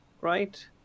right